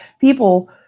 people